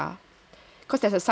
cause there's a sign